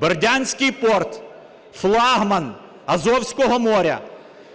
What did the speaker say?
Бердянський порт, флагман Азовського моря,